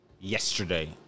Yesterday